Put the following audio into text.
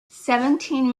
seventeen